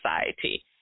society